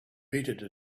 repeated